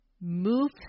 Move